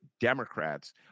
Democrats –